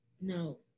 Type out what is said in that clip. no